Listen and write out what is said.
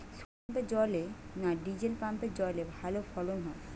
শোলার পাম্পের জলে না ডিজেল পাম্পের জলে ভালো ফসল হয়?